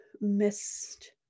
missed